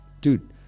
Dude